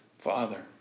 Father